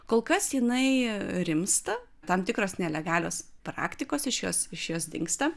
kol kas jinai rimsta tam tikros nelegalios praktikos iš jos iš jos dingsta